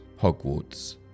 Hogwarts